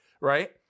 right